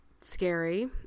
scary